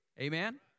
Amen